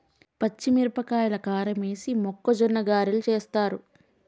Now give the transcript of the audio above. పచ్చిమిరపకాయల కారమేసి మొక్కజొన్న గ్యారలు చేస్తారు